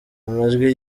amajwi